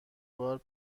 بار